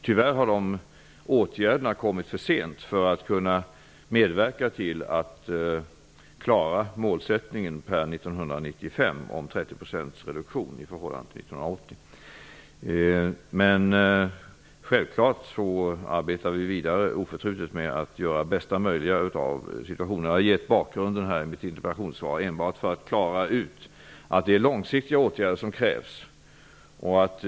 Tyvärr har åtgärderna vidtagits för sent för att kunna medverka till att klara målsättningen om 30 % reduktion år 1995 i förhållande till år 1980. Självfallet arbetar vi oförtrutet vidare med att göra det bästa möjliga av situationen. I mitt interpellationssvar gav jag bakgrunden enbart för att klara ut att det krävs långsiktiga åtgärder.